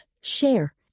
share